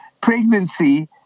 pregnancy